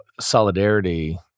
solidarity